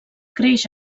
creix